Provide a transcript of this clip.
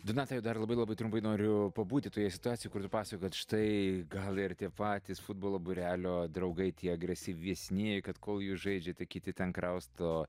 donatai o dar labai labai trumpai noriu pabūti toje situacijoj kur tu pasakojai kad štai gal ir tie patys futbolo būrelio draugai tie agresyvesni kad kol jūs žaidžiate kiti ten krausto